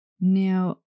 Now